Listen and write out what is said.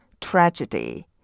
tragedy